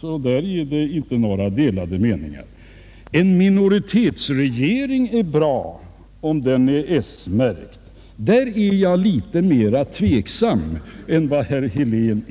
Det råder alltså inte några delade meningar om detta. ”En minoritetsregering är bra om den är s-märkt.” Beträffande detta är jag litet mera tveksam än herr Helén.